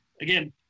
Again